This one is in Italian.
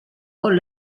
con